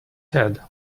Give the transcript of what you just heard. head